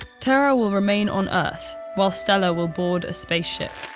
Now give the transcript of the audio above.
terra will remain on earth, while stella will board a spaceship.